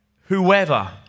whoever